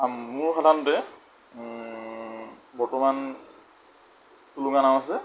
মোৰ সাধাৰণতে বৰ্তমান টুলুঙা নাও আছে